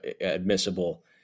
admissible